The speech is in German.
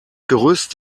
gerüst